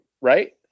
right